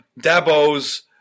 Dabo's